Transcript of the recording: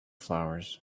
flowers